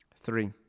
Three